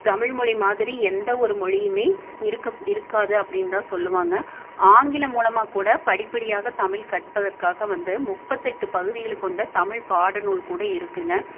தமிழ்மொழி மாதிரி எந்த ஒரு மொழியுமே இருக்க இருக்காது அப்படினுதான் சொல்லுவாங்க ஆங்கிலம் மூலமாக கூட படிப்படியாக தமிழ் கற்பதற்காக வந்து முப்பத்தெட்டு பகுதிகளை கொண்ட தமிழ் பாட நூல் கூட இருக்குங்க